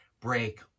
break